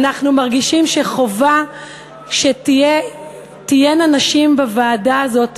אנחנו מרגישים שחובה שתהיינה נשים בוועדה הזאת,